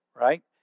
right